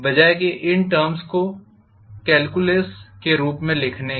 बजाए के इन टर्म्ज़ को कॅल्क्युलस के रूप में लिखने के